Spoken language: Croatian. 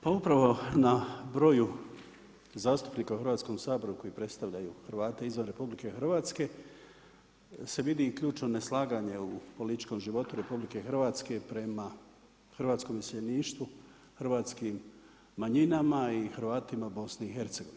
Pa upravo na broju zastupnika u Hrvatskom saboru koji predstavljaju Hrvati izvan RH, se vidi ključno neslaganje političkom životu RH prema hrvatskom iseljeništvu, hrvatskim manjinama i Hrvatima u BIH.